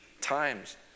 times